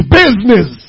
business